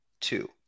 two